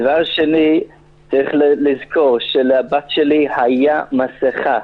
דבר שני, צריך לזכור שלבת שלי הייתה מסכה,